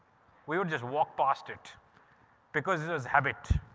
we would just walk past it because it was habit.